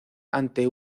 ante